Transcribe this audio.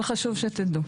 אבל חשוב שתדעו.